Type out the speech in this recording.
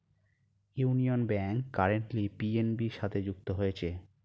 union Bank currently PNB সাথে যুক্ত হয়েছে